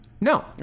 No